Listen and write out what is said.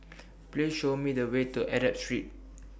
Please Show Me The Way to Arab Street